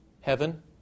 heaven